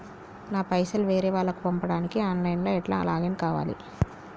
నా పైసల్ వేరే వాళ్లకి పంపడానికి ఆన్ లైన్ లా ఎట్ల లాగిన్ కావాలి?